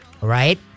right